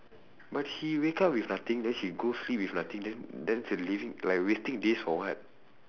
but she wake up with nothing then she go sleep with nothing then then it's uh living like wasting days for what